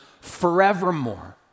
forevermore